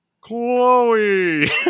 Chloe